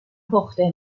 پخته